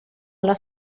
alla